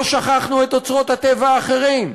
לא שכחנו את אוצרות הטבע האחרים,